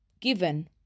given